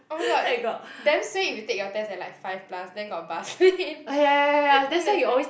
oh my god damn suay if you take your test at like five plus then got bus lane then that time